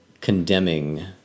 condemning